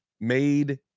made